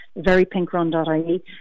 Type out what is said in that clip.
verypinkrun.ie